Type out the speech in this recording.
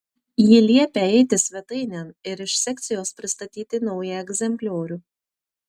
ji liepia eiti svetainėn ir iš sekcijos pristatyti naują egzempliorių